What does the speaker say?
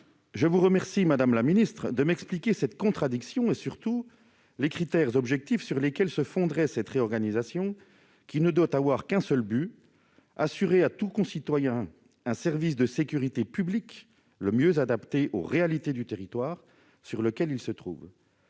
Je vous remercie d'avance, madame la ministre, de m'expliquer cette contradiction et, surtout, les critères objectifs sur lesquels se fonderait cette réorganisation, qui ne doit avoir qu'un seul but : assurer à tout citoyen un service de sécurité publique le mieux adapté aux réalités du territoire sur lequel il se trouve.